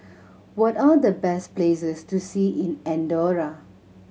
what are the best places to see in Andorra